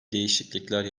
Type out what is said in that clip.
değişiklikler